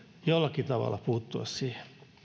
jollakin tavalla puuttua siihen